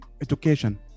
education